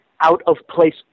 out-of-place